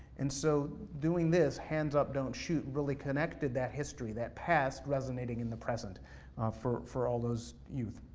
and so doing this, hands up, don't shoot, really connected that history, that past resonating in the present for for all those youth.